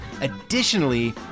Additionally